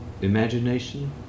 imagination